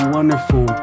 Wonderful